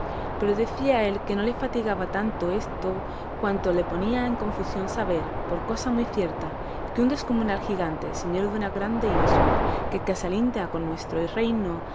pero decía él que no le fatigaba tanto esto cuanto le ponía en confusión saber por cosa muy cierta que un descomunal gigante señor de una grande ínsula que casi alinda con nuestro reino